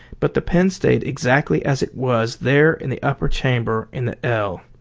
but the pen stayed exactly as it was there in the upper chamber in the ell,